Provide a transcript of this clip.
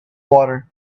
water